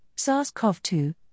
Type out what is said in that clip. SARS-CoV-2